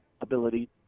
ability